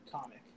comic